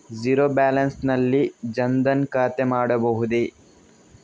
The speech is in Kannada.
ಝೀರೋ ಬ್ಯಾಲೆನ್ಸ್ ನಲ್ಲಿ ಜನ್ ಧನ್ ಖಾತೆ ಮಾಡಬಹುದೇ?